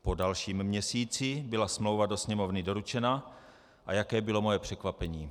Po dalším měsíci byla smlouva do Sněmovny doručena a jaké bylo moje překvapení!